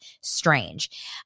strange